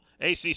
ACC